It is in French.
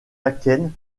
akènes